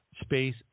space